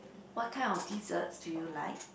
what kind of desserts do you like